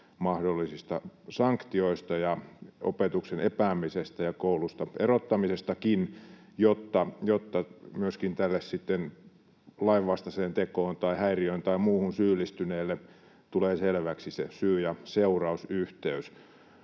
mahdollisista sanktioista ja opetuksen epäämisestä ja koulusta erottamisestakin, jotta myöskin tälle lainvastaiseen tekoon tai häiriöön tai muuhun syyllistyneelle tulee selväksi se syy- ja seurausyhteys.